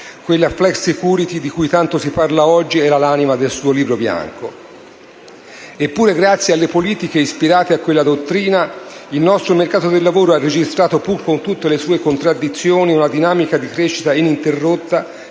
(la *flexicurity* di cui tanto si parla oggi era l'anima del suo Libro bianco). Eppure, grazie alle politiche ispirate a quella dottrina il nostro mercato del lavoro ha registrato, pur con tutte le sue contraddizioni, una dinamica di crescita ininterrotta